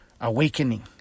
Awakening